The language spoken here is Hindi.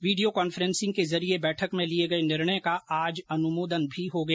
वीडियो कांफ्रेसिंग के जरिए बैठक में लिए गए निर्णय का आज अनुमोदन भी हो गया